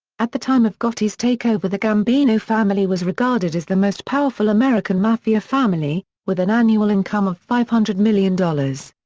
at the time of gotti's takeover the gambino family was regarded as the most powerful american mafia family, with an annual income of five hundred million dollars.